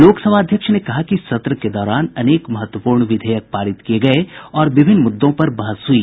लोकसभा अध्यक्ष ने कहा कि सत्र के दौरान अनेक महत्वपूर्ण विधेयक पारित किए गए और विभिन्न मुद्दों पर बहस हुई